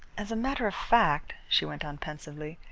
as a matter of fact, she went on pensively,